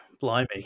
Blimey